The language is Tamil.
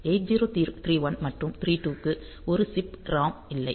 8031 மற்றும் 32 க்கு ஒரு சிப் ROM இல்லை